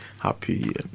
Happy